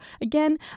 again